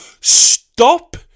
Stop